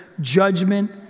judgment